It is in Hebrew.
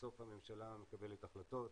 בסוף הממשלה מקבלת החלטות,